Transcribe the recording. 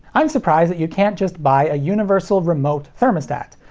i'm surprised that you can't just buy a universal remote thermostat.